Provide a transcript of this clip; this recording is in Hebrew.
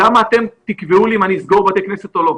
למה אתם תקבעו לי אם אני אסגור בתי כנסת או לא?